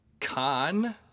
Con